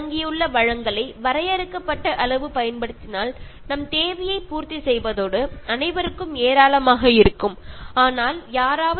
അപ്പോൾ നിങ്ങളോരോരുത്തരും ഭൂമി നമുക്ക് തന്നിട്ടുള്ള വിഭവങ്ങളെ മിതമായി ഉപയോഗിച്ചാൽ നമുക്ക് എല്ലാവർക്കും നല്ലത് പോലെ ഉപയോഗിക്കാൻ കഴിയും